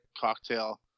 cocktail